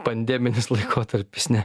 pandeminis laikotarpis ne